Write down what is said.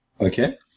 Okay